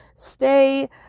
Stay